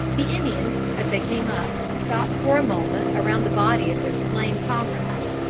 the indians, as they came up, stopped for a moment around the body of their slain comrade,